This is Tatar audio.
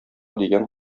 дигән